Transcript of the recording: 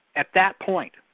at that point,